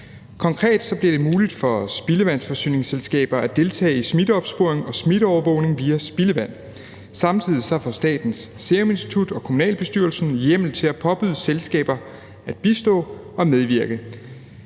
Konkret bliver det muligt for spildevandsforsyningsselskaber at deltage i smitteopsporing og smitteovervågning via spildevand. Samtidig får Statens Serum Institut og kommunalbestyrelsen hjemmel til at påbyde selskaber at bistå og medvirke.